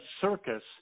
circus